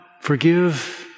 forgive